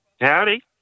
Howdy